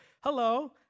Hello